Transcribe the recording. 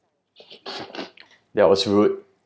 ya orchard road